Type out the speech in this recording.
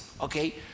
okay